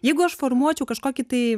jeigu aš formuočiau kažkokį tai